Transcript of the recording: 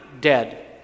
dead